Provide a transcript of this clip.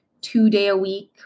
two-day-a-week